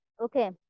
Okay